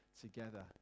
together